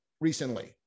recently